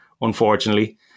unfortunately